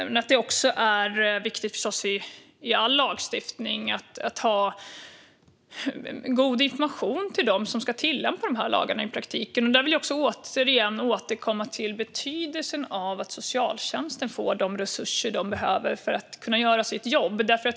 Det är förstås viktigt i all lagstiftning att ha god information till dem som ska tillämpa lagarna i praktiken. Jag vill återkomma till betydelsen av att socialtjänsten får de resurser man behöver för att kunna göra sitt jobb.